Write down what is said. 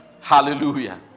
Hallelujah